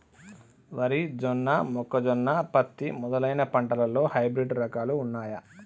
వరి జొన్న మొక్కజొన్న పత్తి మొదలైన పంటలలో హైబ్రిడ్ రకాలు ఉన్నయా?